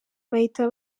bahita